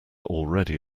already